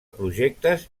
projectes